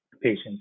patients